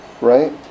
right